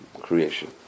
creation